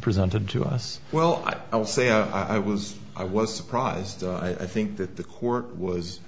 presented to us well i would say i was i was surprised i think that the court was